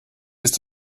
ist